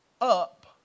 up